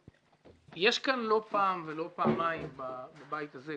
יש כאן לא פעם ולא פעמיים בבית הזה,